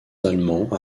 allemands